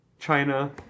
China